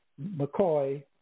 McCoy